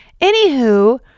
Anywho